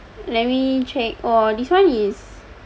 let me check oh this one is